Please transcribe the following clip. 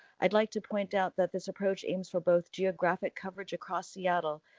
i would like to point out that this approach aims for both geographic coverage across seattle,